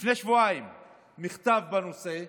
לפני שבועיים מכתב בנושא.